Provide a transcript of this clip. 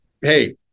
hey